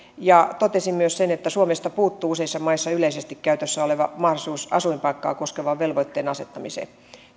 ja todettiin myös että suomesta puuttuu useissa maissa yleisesti käytössä oleva mahdollisuus asuinpaikkaa koskevan velvoitteen asettamiseen